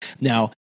Now